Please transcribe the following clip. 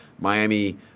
Miami